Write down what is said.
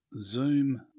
Zoom